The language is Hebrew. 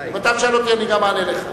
אני גם אענה לך.